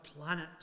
planet